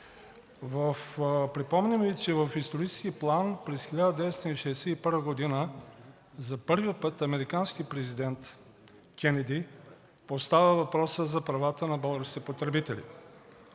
Припомням Ви, че в исторически план през 1961 г. за първи път американски президент – Кенеди, поставя въпроса за правата на българските потребители.